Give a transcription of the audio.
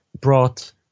brought